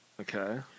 Okay